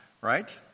right